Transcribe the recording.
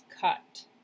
cut